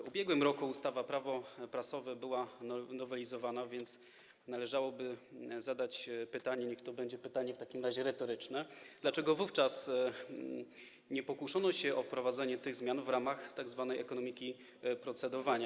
W ubiegłym roku ustawa Prawo prasowe była nowelizowana, więc należałoby zadać pytanie - niech to będzie w takim razie pytanie retoryczne - dlaczego wówczas nie pokuszono się o wprowadzenie tych zmian w ramach tzw. ekonomiki procedowania.